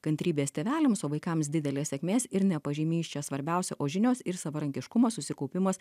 kantrybės tėveliams o vaikams didelės sėkmės ir ne pažymiai čia svarbiausia o žinios ir savarankiškumas susikaupimas